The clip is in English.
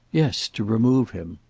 yes to remove him.